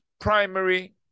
primary